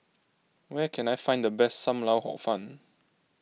where can I find the best Sam Lau Hor Fun